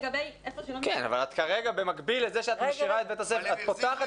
אבל כרגע במקביל לזה שאת פותחת את בית הספר,